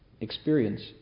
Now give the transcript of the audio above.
experience